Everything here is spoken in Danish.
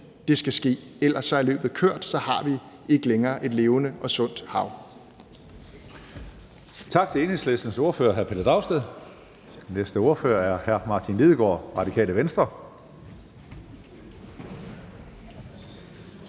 det skal ske, for ellers er løbet kørt, og så har vi ikke længere et levende og sundt hav.